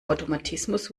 automatismus